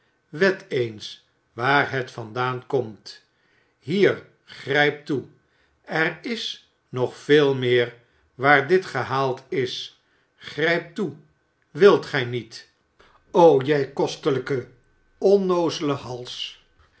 wed eens waar het vandaan komt hier grijp toe er is nog veel meer waar dit gehaald is grijp toe wilt gij niet o jij kostelijke onnoozele hals